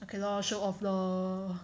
okay lor show off lor